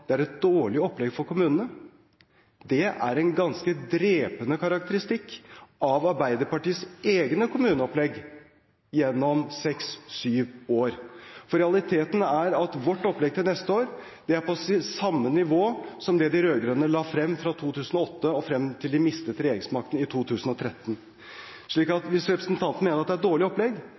det er et «dårlig opplegg for kommunene». Det er en ganske drepende karakteristikk av Arbeiderpartiets egne kommuneopplegg gjennom seks–syv år. Realiteten er at vårt opplegg til neste år er på samme nivå som det de rød-grønne la frem fra 2008 og til de mistet regjeringsmakten i 2013. Så hvis representanten mener at det er et dårlig opplegg,